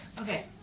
Okay